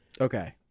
Okay